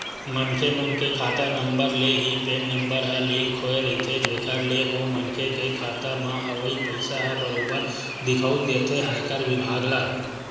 मनखे मन के खाता नंबर ले ही पेन नंबर ह लिंक होय रहिथे जेखर ले ओ मनखे के खाता म अवई पइसा ह बरोबर दिखउल देथे आयकर बिभाग ल